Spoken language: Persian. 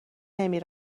نمی